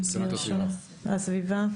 להגנת הסביבה,